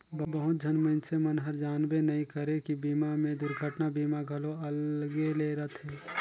बहुत झन मइनसे मन हर जानबे नइ करे की बीमा मे दुरघटना बीमा घलो अलगे ले रथे